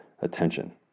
attention